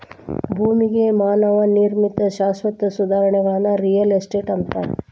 ಭೂಮಿಗೆ ಮಾನವ ನಿರ್ಮಿತ ಶಾಶ್ವತ ಸುಧಾರಣೆಗಳನ್ನ ರಿಯಲ್ ಎಸ್ಟೇಟ್ ಅಂತಾರ